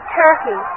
turkey